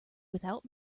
without